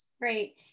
Great